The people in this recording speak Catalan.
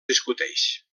discuteix